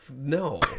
no